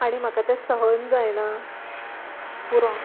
आनी म्हाका ते सहन जायना पुरो